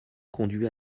conduit